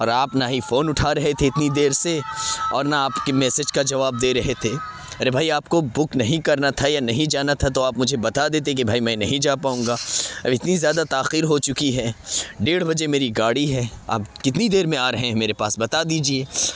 اور آپ نہ ہی فون اٹھا رہے تھے اتنی دیر سے اور نہ آپ کے میسیج کا جواب دے رہے تھے ارے بھائی آپ کو بک نہیں کرنا تھا یا نہیں جانا تھا تو آپ مجھے بتا دیتے کہ بھئی میں نہیں جا پاؤں گا اب اتنی زیادہ تاخیر ہو چکی ہے ڈیڑھ بجے میری گاڑی ہے آپ کتنی دیر میں آ رہے ہیں میرے پاس بتا دیجیے